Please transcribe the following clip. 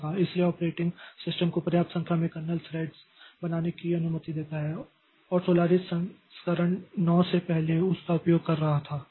इसलिए operating system को पर्याप्त संख्या में कर्नेल थ्रेड बनाने की अनुमति देता है और सोलारिस संस्करण 9 से पहले उस का उपयोग कर रहा था